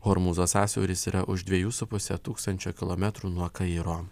hormūzo sąsiauris yra už dvejų su puse tūkstančio kilometrų nuo kairo